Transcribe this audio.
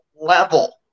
level